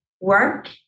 work